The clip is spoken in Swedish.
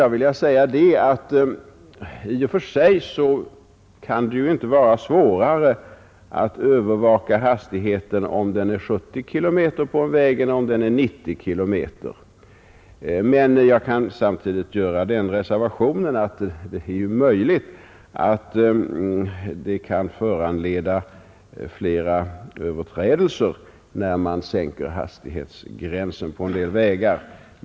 Nu vill jag säga att i och för sig kan det inte vara svårare att övervaka hastigheten om den är 70 km tim. Jag kan emellertid samtidigt göra den reservationen, att det är ju möjligt att det blir flera överträdelser, när man sänker hastighetsgränsen på en del vägar.